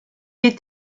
est